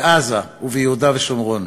בעזה וביהודה ושומרון.